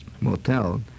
motel